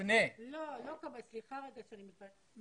סליחה שאני מתערבת.